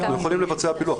אנחנו יכולים לבצע פילוח.